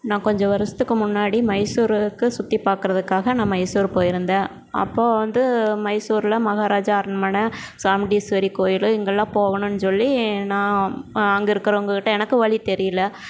நான் கொஞ்ச வருஷத்துக்கு முன்னாடி மைசூருக்கு சுற்றி பார்க்கறதுக்காக நான் மைசூர் போயிருந்தேன் அப்போ வந்து மைசூரில் மஹாராஜா அரண்மனை சாமுண்டீஸ்வரி கோயில் இங்கல்லாம் போகணுன்னு சொல்லி நான் அங்கே இருக்கவங்ககிட்ட எனக்கு வழி தெரியல